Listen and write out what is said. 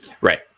Right